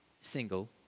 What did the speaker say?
single